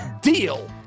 Deal